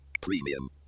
Premium